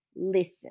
Listen